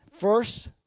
First